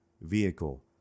Vehicle